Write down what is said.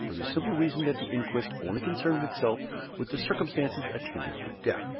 for the simple reason that the inquest only concerned itself with the circumstances attending her death.